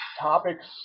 topics